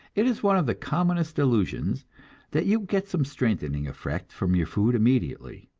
it is one of the commonest delusions that you get some strengthening effect from your food immediately,